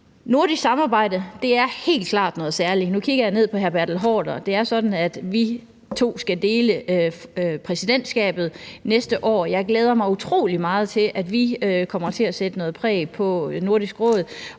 Bertel Haarder. Det er sådan, at vi to skal dele præsidentskabet næste år. Jeg glæder mig utrolig meget til, at vi kommer til at sætte noget præg på Nordisk Råd,